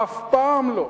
אף פעם לא.